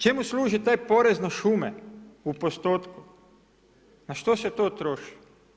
Čemu služi taj porez na šume u postotku, na što se to troši?